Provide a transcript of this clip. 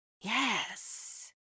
Yes